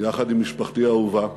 יחד עם משפחתי האהובה,